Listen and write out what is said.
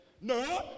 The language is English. No